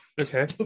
Okay